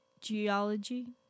geology